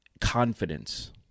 confidence